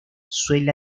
suele